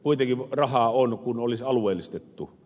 kuitenkin rahaa on kun olisi alueellistettu